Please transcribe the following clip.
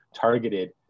targeted